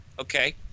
Okay